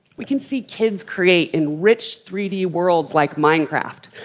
we can see kids create in rich three d worlds like minecraft.